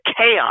chaos